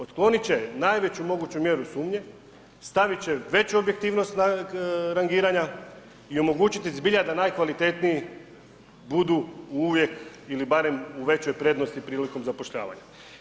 Otkloniti će najveću moguću mjeru sumnje, staviti će veću objektivnost nad rangiranja i omogućiti zbija da najkvalitetniji budu uvijek ili barem u većoj prednosti prilikom zapošljavanja.